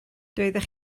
doeddech